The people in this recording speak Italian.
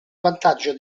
vantaggio